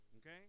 Okay